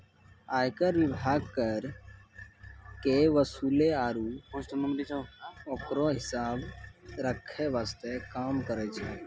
आयकर विभाग कर के वसूले आरू ओकरो हिसाब रख्खै वास्ते काम करै छै